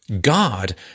God